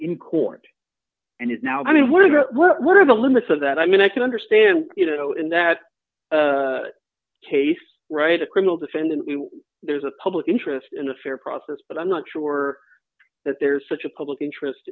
in court and is now i mean what are what are the limits of that i mean i can understand you know in that case right a criminal defendant there's a public interest in the fair process but i'm not sure that there's such a public interest